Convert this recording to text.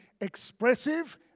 expressive